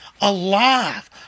Alive